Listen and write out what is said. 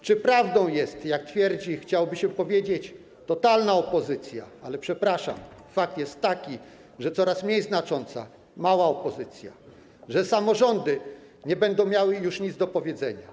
Czy prawdą jest, jak twierdzi, chciałoby się powiedzieć, totalna opozycja, ale przepraszam, fakt jest taki, że coraz mniej znacząca, mała opozycja, że samorządy nie będą miały już nic do powiedzenia?